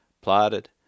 plotted